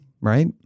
right